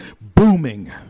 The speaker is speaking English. Booming